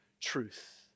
truth